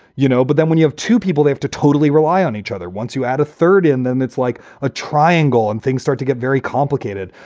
you know. but then when you have two people, they have to totally rely on each other. once you add a third and then it's like a triangle and things start to get very complicated.